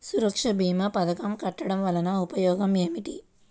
సురక్ష భీమా పథకం కట్టడం వలన ఉపయోగం ఏమిటి?